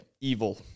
Evil